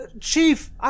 Chief